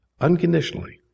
unconditionally